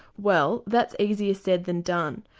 well, that's easier said than done.